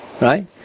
Right